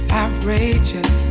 outrageous